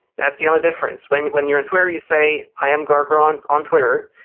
that's the only difference when when you're in twitter you say, i am gargaon on twitter.